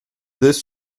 this